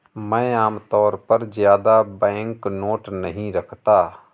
मैं आमतौर पर ज्यादा बैंकनोट नहीं रखता